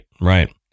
right